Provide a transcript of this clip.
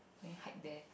maybe hike there